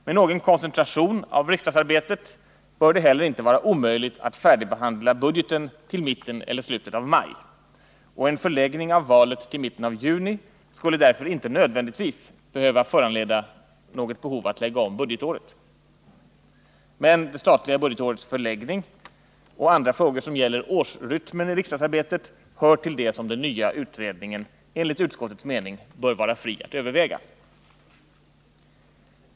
Med någon koncentration av riksdagsarbetet bör det heller inte vara omöjligt att färdigbehandla budgeten till mitten eller slutet av maj, och en förläggning av valet till mitten av juni skulle därför inte nödvändigtvis behöva föranleda någon omläggning av budgetåret. Men det statliga budgetårets förläggning och andra frågor som gäller årsrytmen i riksdagsarbetet hör till det som den nya utredningen enligt utskottets mening bör vara fri att överväga.